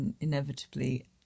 inevitably